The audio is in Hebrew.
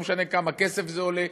לא משנה כמה כסף זה עולה,